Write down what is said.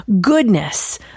goodness